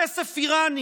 כסף איראני.